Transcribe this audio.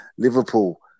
Liverpool